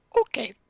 okay